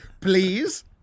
Please